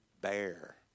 bear